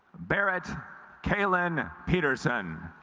barrett kalin peterson